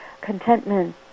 contentment